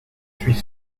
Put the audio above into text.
suis